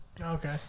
okay